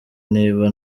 niba